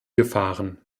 gefahren